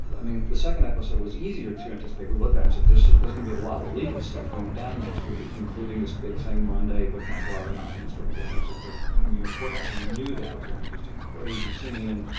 i mean, the second episode was easier to anticipate. we looked at it and said, this is there's going to be a lot of legal stuff going down next week, including this big thing monday with michael avenatti and stormy daniels at the new york courthouse. and we knew that was going to be just a crazy scene. and